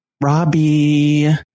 Robbie